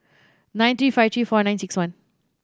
nine three five three four nine six one